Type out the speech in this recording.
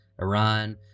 Iran